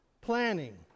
Planning